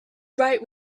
write